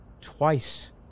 twice